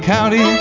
County